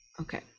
Okay